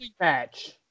match